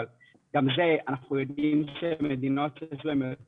אבל גם זה אנחנו יודעים שמדינות שיש להן יותר